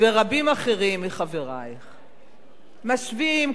ורבים אחרים מחברייך משווים,